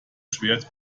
schwert